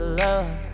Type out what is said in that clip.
love